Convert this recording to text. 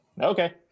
Okay